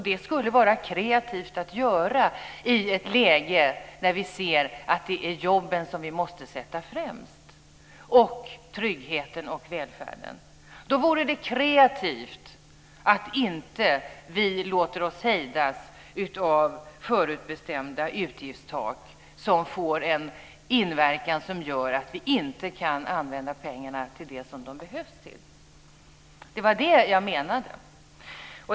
Det skulle vara kreativt i ett läge när vi ser att det är jobben, tryggheten och välfärden som vi måste sätta främst. Då vore det kreativt att inte låta oss hejdas av förutbestämda utgiftstak som gör att vi inte kan använda pengarna till det som de behövs till. Det var det jag menade.